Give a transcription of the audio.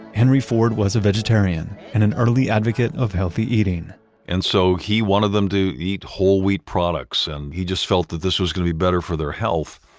henry ford was a vegetarian and an early advocate of healthy eating and so he wanted them to eat whole wheat products and he just felt that this was going to be better for their health.